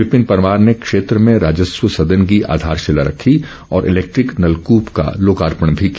विपिन परमार ने क्षेत्र में राजस्व सदन की आधारशिला रखी और इलेक्ट्रिक नलकूप का लोकार्पण भी किया